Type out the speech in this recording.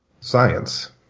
science